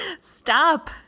Stop